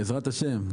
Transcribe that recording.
בעזרת השם.